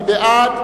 מי בעד?